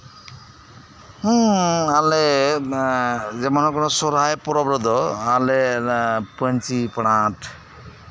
ᱦᱮᱸ ᱟᱞᱮ ᱡᱮᱢᱚᱱ ᱦᱩᱭᱩᱜ ᱠᱟᱱᱟ ᱥᱚᱨᱦᱟᱭ ᱯᱚᱨᱚᱵᱽ ᱨᱮᱫᱚ ᱟᱞᱮ ᱯᱟᱧᱪᱤ ᱯᱟᱬᱦᱟᱴ